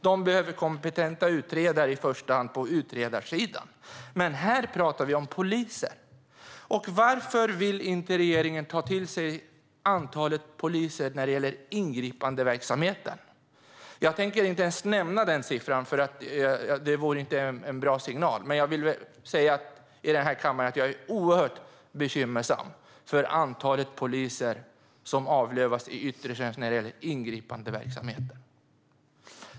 Där behövs kompetenta utredare i första hand på utredarsidan, men här pratar vi om poliser. Varför vill inte regeringen ta till sig antalet poliser när det gäller ingripandeverksamheten? Jag tänker inte ens nämna den siffran eftersom det inte vore en bra signal. Men jag är oerhört bekymrad över avlövningen av antalet poliser i yttre tjänst när det gäller ingripandeverksamheten.